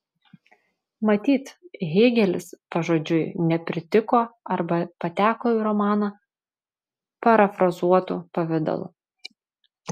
matyt hėgelis pažodžiui nepritiko arba pateko į romaną parafrazuotu pavidalu